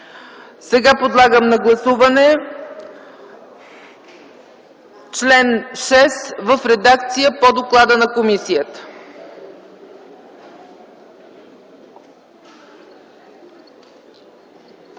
Подлагам на гласуване чл. 6 в редакция по доклада на комисията.